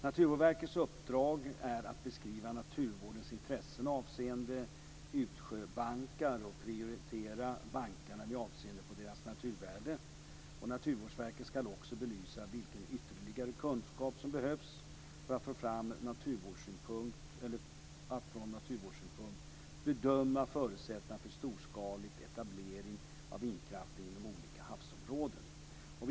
Naturvårdsverkets uppdrag är att beskriva naturvårdens intressen avseende utsjöbankar och att prioritera bankarna med avseende på deras naturvärde. Naturvårdsverket ska också belysa vilken ytterligare kunskap som behövs för att från naturvårdssynpunkt bedöma förutsättningarna för storskalig etablering av vindkraft inom olika havsområden.